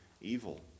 evil